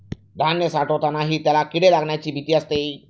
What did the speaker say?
धान्य साठवतानाही त्याला किडे लागण्याची भीती असते